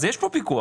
אז יש פה פיקוח,